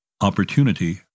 Opportunity